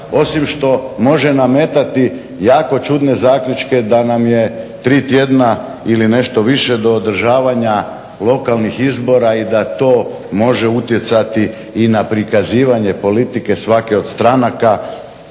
osim što može nametati jako čudne zaključke da nam je 3 tjedna ili nešto više do održavanja lokalnih izbora i da to može utjecati i na prikazivanje politike svake od stranaka